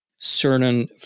certain